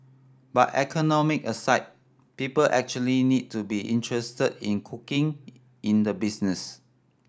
but economic aside people actually need to be interested in cooking in the business